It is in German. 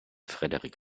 frederik